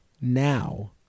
now